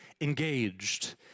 engaged